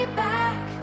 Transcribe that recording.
back